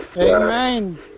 Amen